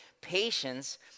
patience